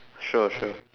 sure sure